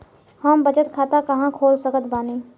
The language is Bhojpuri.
हम बचत खाता कहां खोल सकत बानी?